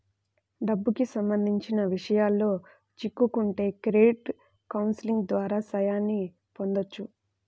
డబ్బుకి సంబంధించిన విషయాల్లో చిక్కుకుంటే క్రెడిట్ కౌన్సిలింగ్ ద్వారా సాయాన్ని పొందొచ్చు